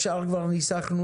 השאר כבר ניסחנו,